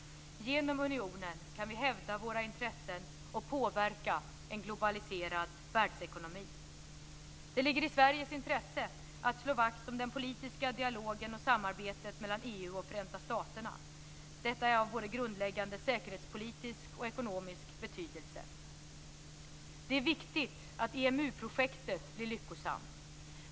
Genom unionen kan vi hävda våra intressen och påverka en globaliserad världsekonomi. Det ligger i Sveriges intresse att slå vakt om den politiska dialogen och samarbetet mellan EU och Förenta staterna. Detta är av grundläggande säkerhetspolitisk och ekonomisk betydelse. Det är viktigt att EMU-projektet blir lyckosamt.